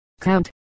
Count